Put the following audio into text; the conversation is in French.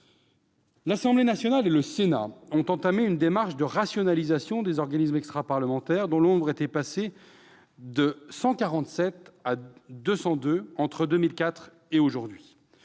L'Assemblée nationale et le Sénat ont entamé une démarche de rationalisation des organismes extraparlementaires, dont le nombre est passé de 147 en 2004 à 202 aujourd'hui.